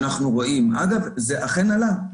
אגב, זה אכן עלה.